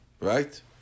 right